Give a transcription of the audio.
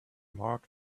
mark